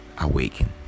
awaken